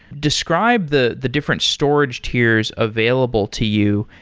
describe the the different storage tiers available to you,